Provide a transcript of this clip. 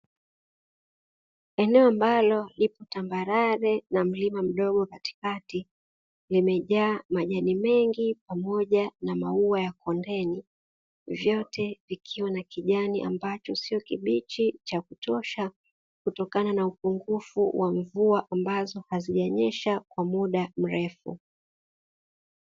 Eneo ambalo lipo tambarare na mlima mdogo katikati, limejaa majani mengi pamoja na maua ya kondeni, vyote vikiwa na kijani ambacho sio kibichi cha kutosha kutokana na upungufu wa mvua ambazo hazijanyesha kwa muda mrefu.